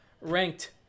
ranked